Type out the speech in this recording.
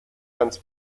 ganz